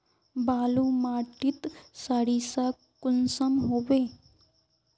बालू माटित सारीसा कुंसम होबे?